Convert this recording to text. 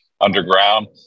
underground